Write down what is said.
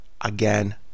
again